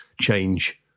change